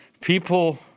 People